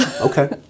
Okay